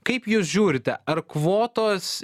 kaip jūs žiūrite ar kvotos